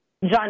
john